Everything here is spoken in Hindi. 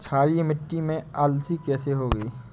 क्षारीय मिट्टी में अलसी कैसे होगी?